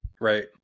right